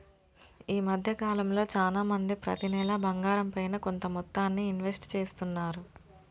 ఈ మద్దె కాలంలో చానా మంది ప్రతి నెలా బంగారంపైన కొంత మొత్తాన్ని ఇన్వెస్ట్ చేస్తున్నారు